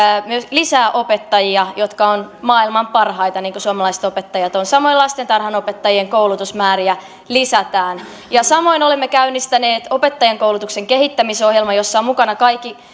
lisää opettajia jotka ovat maailman parhaita niin kuin suomalaiset opettajat ovat samoin lastentarhanopettajien koulutusmääriä lisätään ja samoin olemme käynnistäneet opettajankoulutuksen kehittämisohjelman jossa ovat mukana kaikki